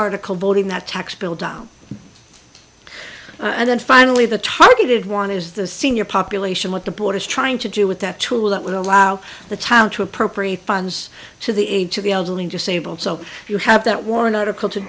article voting the tax bill down and then finally the targeted one is the senior population what the board is trying to do with that tool that would allow the town to appropriate funds to the aid to the elderly and disabled so you have that one article to